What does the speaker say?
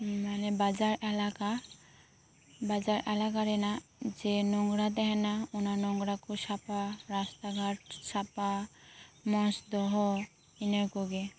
ᱢᱟᱱᱮ ᱵᱟᱡᱟᱨ ᱮᱞᱮᱠᱟ ᱵᱟᱡᱟᱨ ᱮᱞᱟᱠᱟ ᱨᱮᱱᱟᱜ ᱡᱮ ᱱᱚᱝᱨᱟ ᱛᱟᱦᱮᱸᱱᱟ ᱚᱱᱟ ᱱᱚᱝᱨᱟ ᱠᱚ ᱥᱟᱯᱟ ᱨᱟᱥᱛᱟ ᱜᱷᱟᱴ ᱥᱟᱯᱟ ᱢᱚᱸᱡᱽ ᱫᱚᱦᱚ ᱤᱱᱟᱹ ᱠᱚᱜᱮ